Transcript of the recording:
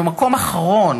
אנחנו במקום אחרון